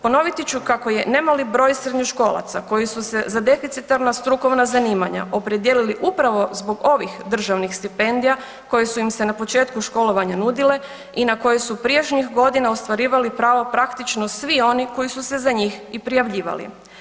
Ponoviti ću kako je nemali broj srednjoškolaca koji su se za deficitarna strukovna zanimanja opredijelili upravo zbog ovih državnih stipendija koje su im se na početku školovanja nudile i na koje su prijašnjih godina ostvarivali pravo praktično svi oni koji su se za njih i prijavljivali.